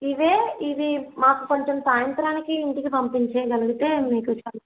ఇవే ఇవి మాకు కొంచెం సాయంత్రానికి ఇంటికి పంపించేయగలిగితే మీకు చాలా